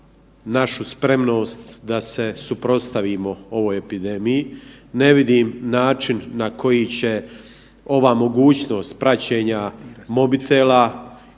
našu spremnost da se suprotstavimo ovoj epidemiji, ne vidim način na koji će ova mogućnost praćenja mobitela,